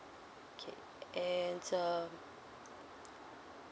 K and uh